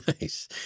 Nice